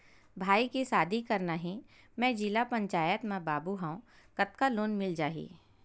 भाई के शादी करना हे मैं जिला पंचायत मा बाबू हाव कतका लोन मिल जाही?